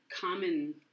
common